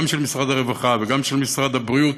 גם של משרד הרווחה וגם של משרד הבריאות,